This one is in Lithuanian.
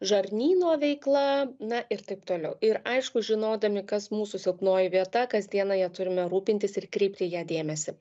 žarnyno veikla na ir taip toliau ir aišku žinodami kas mūsų silpnoji vieta kasdiena ja turime rūpintis ir kreipti į ją dėmesį